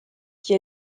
qui